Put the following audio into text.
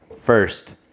first